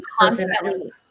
constantly